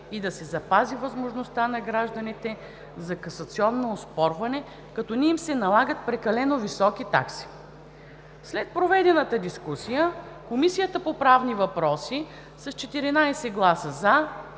и да се запази възможността на гражданите за касационно оспорване, като не им се налагат прекалено високи такси. След проведената дискусия Комисията по правни въпроси – с 14 гласа